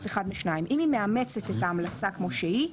אחד מהשניים: אם היא מאמצת את ההמלצה כמות שהיא,